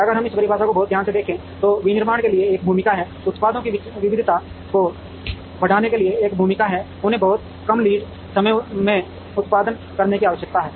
अगर हम इस परिभाषा को बहुत ध्यान से देखें तो विनिर्माण के लिए एक भूमिका है उत्पादों की विविधता को बढ़ाने के लिए एक भूमिका है उन्हें बहुत कम लीड समय में उत्पादन करने की आवश्यकता है